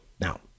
Now